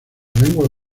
lengua